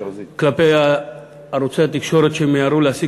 הביקורת כלפי ערוצי התקשורת שמיהרו להסיק